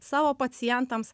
savo pacientams